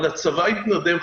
אבל הצבא התנדב.